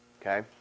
okay